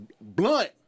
blunt